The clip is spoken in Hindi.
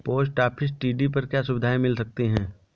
पोस्ट ऑफिस टी.डी पर क्या सुविधाएँ मिल सकती है?